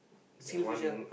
SkillsFuture